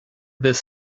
this